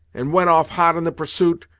and went off hot in the pursuit,